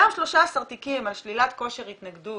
גם 13 תיקים על שלילת כושר התנגדות,